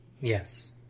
Yes